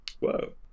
Whoa